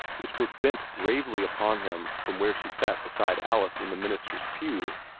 which were bent gravely upon him from where she sat beside alice in the minister's pew,